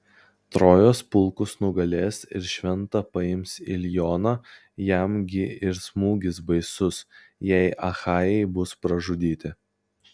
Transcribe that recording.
trojos pulkus nugalės ir šventą paims ilioną jam gi ir smūgis baisus jei achajai bus pražudyti